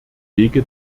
wege